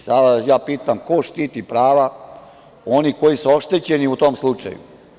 Sada ja pitam – ko štiti prava onih koji su oštećeni u tom slučaju?